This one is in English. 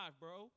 bro